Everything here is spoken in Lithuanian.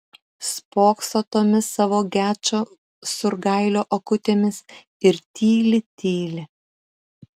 spokso tomis savo gečo surgailio akutėmis ir tyli tyli